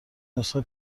نسخه